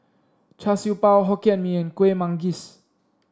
Char Siew Bao Hokkien Mee and Kueh Manggis